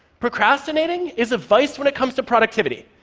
procrastinating is a vice when it comes to productivity,